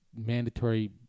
mandatory